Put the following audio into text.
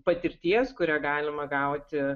patirties kurią galima gauti